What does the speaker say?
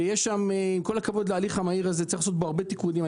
עם כל הכבוד להליך המהיר הזה צריך לעשות בו הרבה תיקונים.